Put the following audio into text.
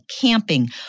camping